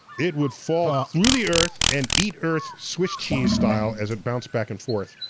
it would fall through the earth and eat earth swiss cheese-style as it bounced back and forth,